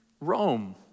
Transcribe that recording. Rome